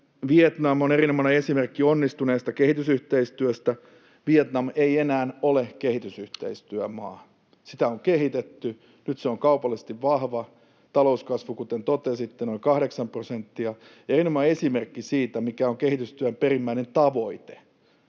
Vietnam on erinomainen esimerkki onnistuneesta kehitysyhteistyöstä. Vietnam ei enää ole kehitysyhteistyömaa. Sitä on kehitetty, nyt se on kaupallisesti vahva, ja talouskasvu, kuten totesitte, on noin kahdeksan prosenttia. Erinomainen esimerkki siitä, mikä on kehitystyön perimmäinen tavoite: